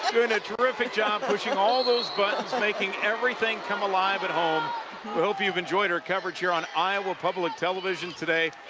doing a terrific job pushing all those buttons, making everything come alive at home we hope you've enjoyed our coverage here on iowa public television today,